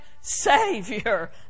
Savior